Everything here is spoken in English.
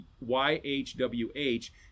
Y-H-W-H